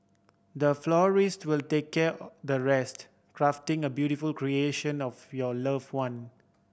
the florist to the take care the rest crafting a beautiful creation of your love one